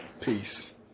Peace